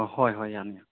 ꯍꯣꯏ ꯍꯣꯏ ꯌꯥꯅꯤ ꯌꯥꯅꯤ